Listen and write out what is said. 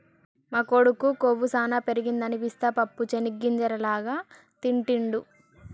మా కొడుకు కొవ్వు సానా పెరగదని పిస్తా పప్పు చేనిగ్గింజల లాగా తింటిడు